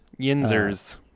Yinzers